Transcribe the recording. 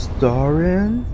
Starring